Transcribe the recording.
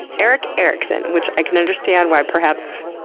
erik erikson, which i can understand why, perhaps,